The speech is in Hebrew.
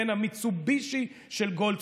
המיצובישי של גולדפרב.